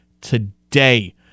today